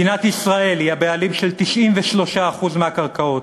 מדינת ישראל היא הבעלים של 93% מהקרקעות,